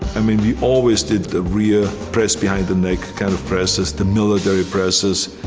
i mean, we always did the rear press behind the neck kind of presses. the military presses,